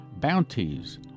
Bounties